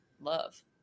love